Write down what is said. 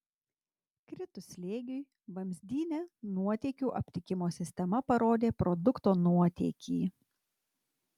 kritus slėgiui vamzdyne nuotėkių aptikimo sistema parodė produkto nuotėkį